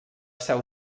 seu